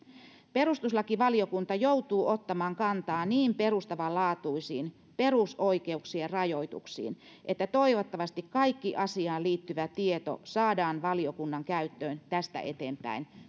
perustuslakivaliokunta joutuu ottamaan kantaa niin perustavanlaatuisiin perusoikeuksien rajoituksiin että toivottavasti kaikki asiaan liittyvä tieto saadaan valiokunnan käyttöön tästä eteenpäin